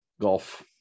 golf